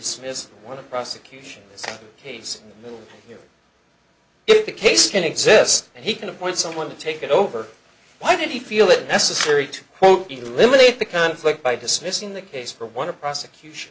what the prosecution case if the case can exist and he can appoint someone to take it over why did he feel it necessary to eliminate the conflict by dismissing the case for one of prosecution